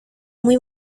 muy